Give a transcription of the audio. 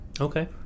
Okay